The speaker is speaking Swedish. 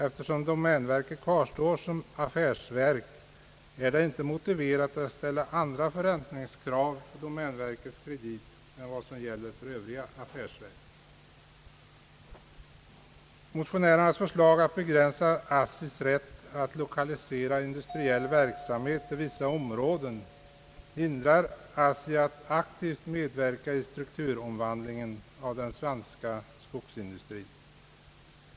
Eftersom domänverket kvarstår som affärsverk är det inte motiverat att ställa andra förräntningskrav på domänverkets kredit än vad som gäller för övriga affärsverk. Motionärernas förslag att begränsa ASSI:s rätt att lokalisera industriell verksamhet till vissa områden hindrar ASSTI att aktivt medverka i strukturomvandlingen av den svenska skogsindustrin.